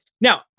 Now